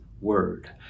Word